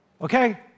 okay